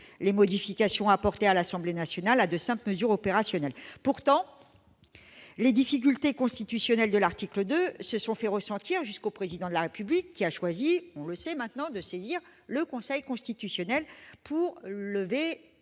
les modifications apportées à l'Assemblée nationale à de simples mesures opérationnelles. Pourtant, les difficultés constitutionnelles posées par l'article 2 sont remontées jusqu'au Président de la République, qui a choisi de saisir le Conseil constitutionnel pour lever